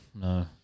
No